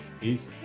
peace